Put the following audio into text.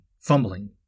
fumbling